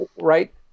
right